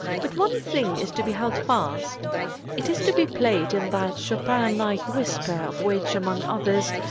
but one thing is to be held fast it is to be played in that chopin-like whisper of which, among others,